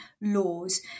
laws